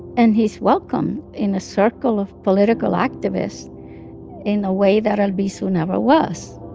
and he's welcome in a circle of political activists in a way that albizu never was